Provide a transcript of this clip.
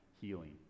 healing